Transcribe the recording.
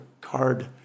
card